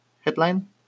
headline